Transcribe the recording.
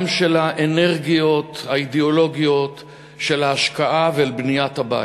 גם על האנרגיות האידיאולוגיות של ההשקעה ועל בניית הבית.